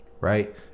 right